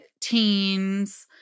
teens